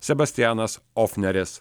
sebastianas ofneris